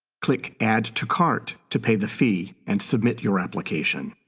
click add to cart to pay the fee and submit your application.